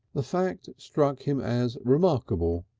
the fact struck him as remarkable,